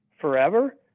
forever